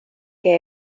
que